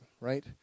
right